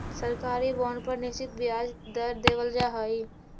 सरकारी बॉन्ड पर निश्चित ब्याज दर देवल जा हइ